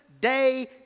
day